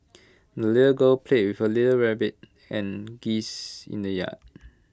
the little girl played with the little rabbit and geese in the yard